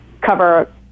cover